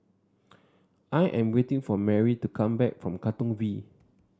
I am waiting for Merry to come back from Katong V